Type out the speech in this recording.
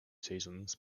seasons